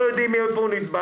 הוא לא יודע אם הוא נדבק